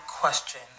question